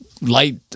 light